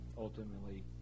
ultimately